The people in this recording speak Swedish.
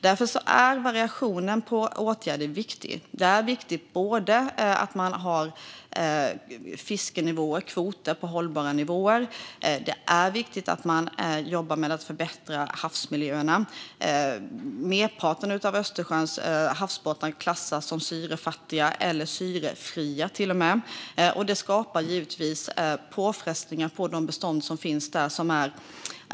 Därför är variationen på åtgärder viktig. Det är viktigt att man har fiskenivåer och kvoter på hållbara nivåer, och det är viktigt att man jobbar med att förbättra havsmiljöerna. Merparten av Östersjöns havsbottnar klassas som syrefattiga eller till och med syrefria. Detta skapar givetvis helt orimliga påfrestningar på de bestånd som finns där.